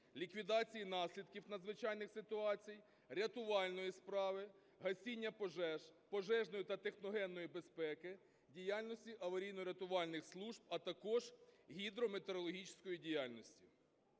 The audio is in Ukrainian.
ліквідації наслідків надзвичайних ситуацій, рятувальної справи, гасіння пожеж, пожежної та техногенної безпеки, діяльності аварійно-рятувальних служб, а також гідрометеорологічної діяльності.